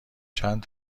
چند